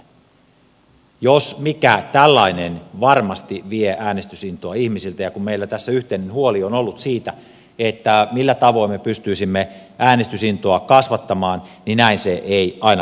tällainen jos mikä varmasti vie äänestysintoa ihmisiltä ja kun meillä tässä yhteinen huoli on ollut siitä millä tavoin me pystyisimme äänestysintoa kasvattamaan niin näin se ei ainakaan tapahdu